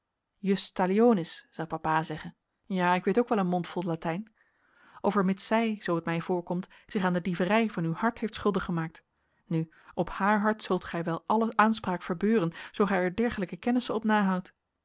zou papa zeggen ja ik weet ook wel een mondvol latijn overmits zij zoo t mij voorkomt zich aan de dieverij van uw hart heeft schuldig gemaakt nu op haar hart zult gij wel alle aanspraak verbeuren zoo gij er dergelijke kennissen op nahoudt